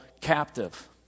captive